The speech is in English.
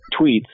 tweets